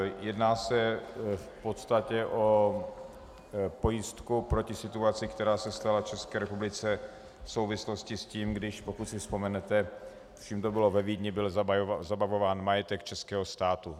Jedná se v podstatě o pojistku proti situaci, která se stala v České republice v souvislosti s tím, když pokud si vzpomenete, tuším, to bylo ve Vídni byl zabavován majetek českého státu.